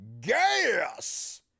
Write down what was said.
GAS